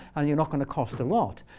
and you're not going to cost a lot.